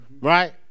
right